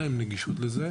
מגוון רב של קורסים